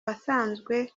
wasanzwe